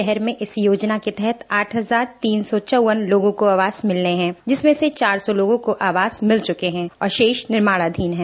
शहर में इस योजना के तहत आठ हजार तीन सौ चौवन लोगों को आवास मिलने हैं जिनमें से चार सौ लोगों को आवास मिल चुके है और शेष निर्माणाधीन है